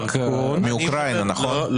רק מאוקראינה, נכון?